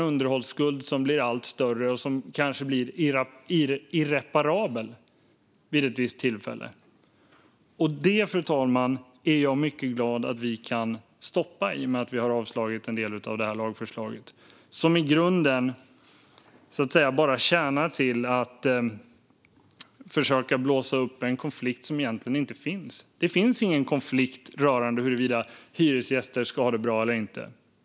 Underhållsskulden blir då allt större, och det blir kanske irreparabelt vid ett visst tillfälle. Detta, fru talman, är jag mycket glad att vi kan stoppa i och med att vi avslår en del av detta lagförslag, som i grunden bara tjänar till att försöka blåsa upp en konflikt som egentligen inte finns. Det finns ingen konflikt rörande huruvida hyresgäster ska ha det bra.